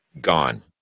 gone